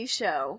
show